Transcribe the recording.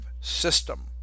system